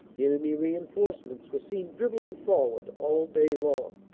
enemy rein forcements were seen dribbling forward all day long.